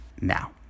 now